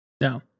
no